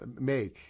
made